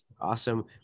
Awesome